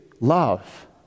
love